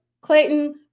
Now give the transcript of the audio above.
Clayton